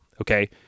okay